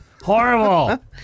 Horrible